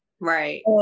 Right